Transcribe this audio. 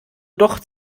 doch